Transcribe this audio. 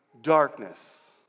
darkness